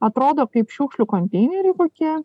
atrodo kaip šiukšlių konteineriai kokie